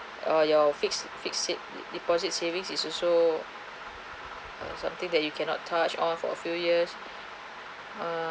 or your fixed fixed save deposit savings is also something that you cannot touch on for a few years